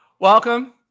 welcome